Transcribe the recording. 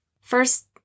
First